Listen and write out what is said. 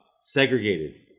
segregated